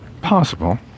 Possible